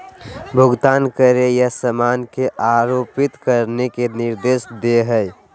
भुगतान करे या सामान की आपूर्ति करने के निर्देश दे हइ